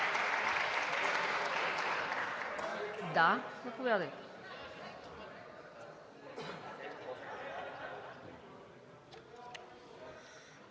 Да, да, да.